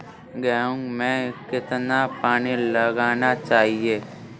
गेहूँ में कितना पानी लगाना चाहिए?